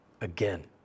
again